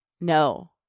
no